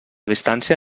distància